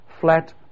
flat